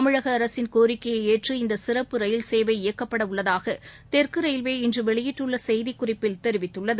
தமிழகஅரசின் கோரிக்கையெஏற்று இந்தசிறப்பு ரயில் சேவை இயக்கப்படஉள்ளதாகதெற்குரயில்வே இன்றுவெளியிட்டுள்ளசெய்திக்குறிப்பில் தெரிவித்துள்ளது